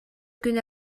күн